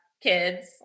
kids